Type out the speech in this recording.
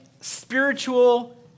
spiritual